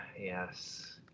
yes